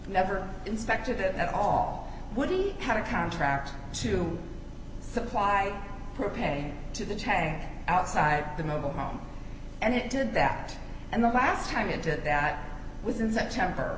never inspected it at all when he had a contract to supply propane to the tag outside the mobile home and it did that and the last time into it that was in september